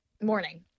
Morning